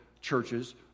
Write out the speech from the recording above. churches